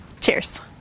Cheers